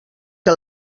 que